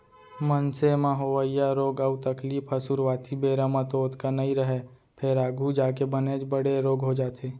मनसे म होवइया रोग अउ तकलीफ ह सुरूवाती बेरा म तो ओतका नइ रहय फेर आघू जाके बनेच बड़े रोग हो जाथे